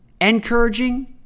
encouraging